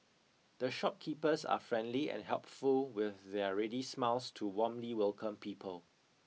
the shopkeepers are friendly and helpful with their ready smiles to warmly welcome people